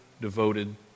devoted